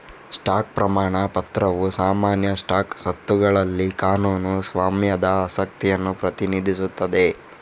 stock ಪ್ರಮಾಣ ಪತ್ರವು ಸಾಮಾನ್ಯ ಸ್ಟಾಕ್ ಸ್ವತ್ತುಗಳಲ್ಲಿ ಕಾನೂನು ಸ್ವಾಮ್ಯದ ಆಸಕ್ತಿಯನ್ನು ಪ್ರತಿನಿಧಿಸುತ್ತದೆ